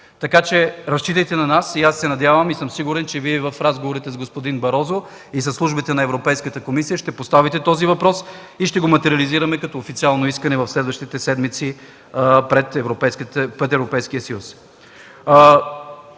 Така че разчитайте на нас, надявам се и съм сигурен, че в разговорите с господин Барозу и със служители на Европейската комисия ще поставите този въпрос и ще го материализираме като официално искане в следващите седмици пред Европейския съюз.